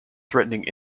threatening